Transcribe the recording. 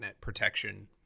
protection